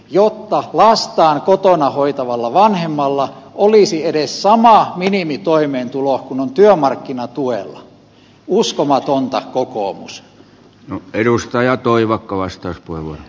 jotta päästään kun jona hoitavalla vanhemmalla olisi edes sama minimitoimeentulo kuin työmarkkinatuella uskomatonta kokoomus mm edustaja toivakkalaista kuilua